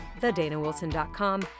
thedanawilson.com